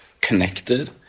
connected